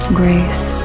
grace